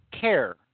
care